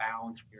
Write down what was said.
balance